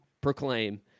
proclaim